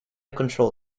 control